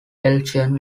belgian